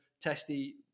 Testy